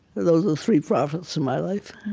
those are the three prophets in my life.